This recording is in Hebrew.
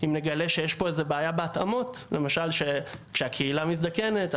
אם נגלה שיש פה איזושהי בעיה בהתאמות למשל שהקהילה מזדקנת,